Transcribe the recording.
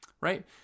right